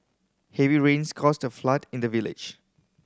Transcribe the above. heavy rains caused a flood in the village